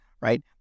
right